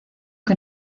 que